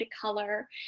color